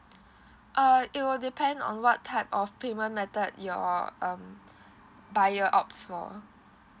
uh it will depend on what type of payment method your um buyer opts for